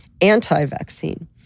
anti-vaccine